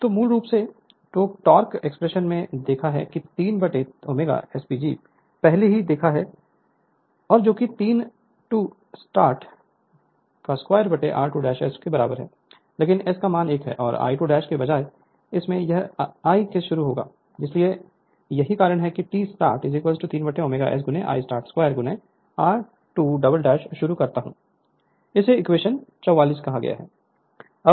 तो मूल रूप से टोक़ एक्सप्रेशन ने देखा है कि 3 3ω SPG पहले ही देखा है और जो कि 3 i 2 I 2 start 2 r2S के बराबर है लेकिन S 1 और I2 के बजाय इस में यह I से शुरू होगा इसलिए यही कारण है कि T start3ω S I start 2 r2 शुरू करता हूं यह इक्वेशन 44 है